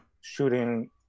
shooting